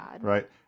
Right